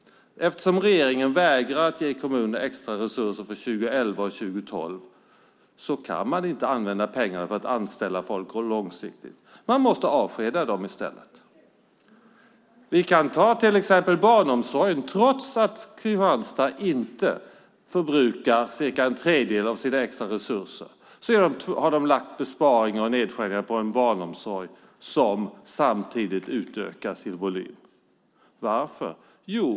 Eftersom regeringen vägrar att ge kommunerna extra resurser för 2011 och 2012 kan man inte använda pengarna för att anställa långsiktigt. Man måste avskeda i stället. Trots att Kristianstad inte förbrukar cirka en tredjedel av sina extra resurser har man gjort besparingar och nedskärningar på barnomsorgen samtidigt som den ökar i volym. Varför?